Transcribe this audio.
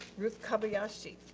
ruth kobyashi.